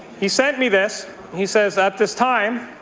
he sent me this he says at this time,